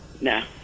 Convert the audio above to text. No